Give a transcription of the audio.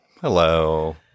Hello